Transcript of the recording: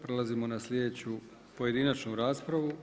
Prelazimo na sljedeću pojedinačnu raspravu.